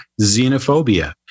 Xenophobia